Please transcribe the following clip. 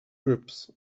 groups